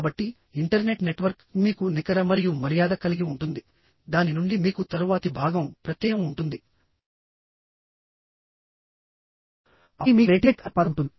కాబట్టి internet network మీకు నికర మరియు మర్యాద కలిగి ఉంటుంది దాని నుండి మీకు తరువాతి భాగం ప్రత్యయం ఉంటుంది ఆపై మీకు నెటిక్వేట్ అనే పదం ఉంటుంది